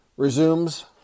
Resumes